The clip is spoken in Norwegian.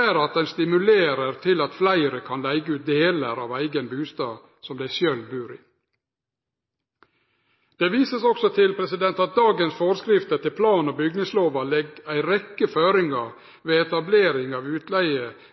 er at ein stimulerer til at fleire kan leige ut delar av eigen bustad som dei sjølve bur i. Dei viser også til at dagens forskrifter til plan- og bygningslova legg ei rekkje føringar ved etablering av